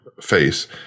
face